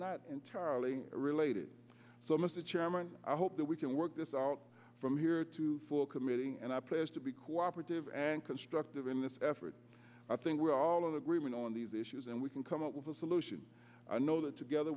not entirely related so mr chairman i hope that we can work this out from here too for committing and i pledge to be cooperative and constructive in this effort i think we all agreement on these issues and we can come up with a solution i know that together